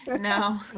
no